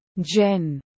Jen